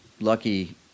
lucky